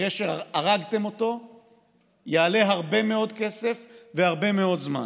אחרי שהרגתם אותו יעלה הרבה מאוד כסף והרבה מאוד זמן.